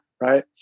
right